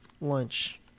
Lunch